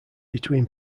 between